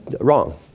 wrong